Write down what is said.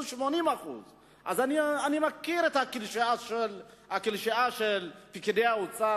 80%. אז אני מכיר את הקלישאה של פקידי האוצר,